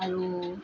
আৰু